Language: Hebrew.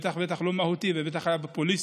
בטח ובטח לא מהותי, ובטח היה פופוליסטי,